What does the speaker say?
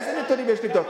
איזה נתונים יש לבדוק?